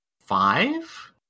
five